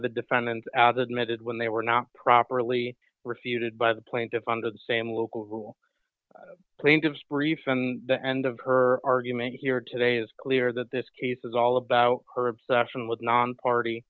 the defendant out admitted when they were not properly refuted by the plaintiff under the same local rule plaintiff's brief and the end of her argument here today is clear that this case is all about her obsession with nonparty